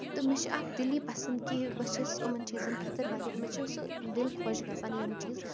تہٕ مےٚ چھُ اکھ دِلی پسنٛد کہِ بہٕ چھَس یِمَن چیٖزن خٲطرٕ واریاہ مےٚ چھُ سُہ دِل خۄش گژھان یِم چیٖز